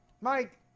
Mike